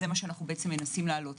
זה מה שאנו מנסים להעלות.